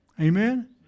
Amen